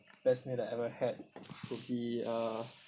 best meal that I ever had could be uh